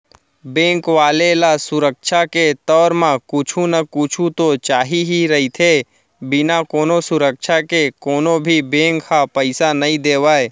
bank वाले ल सुरक्छा के तौर म कुछु न कुछु तो चाही ही रहिथे, बिना कोनो सुरक्छा के कोनो भी बेंक ह पइसा नइ देवय